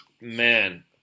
man